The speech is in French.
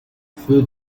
feu